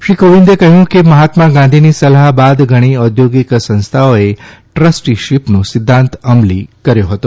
શ્રી કોવિંદે કહ્યું કે મહાત્મા ગાંધીની સલાહ બાદ ઘણી ઔદ્યોગિક સંસ્થાઓએ ટ્રસ્ટીશીપનો સિદ્ધાંત અમલી કર્યો હતો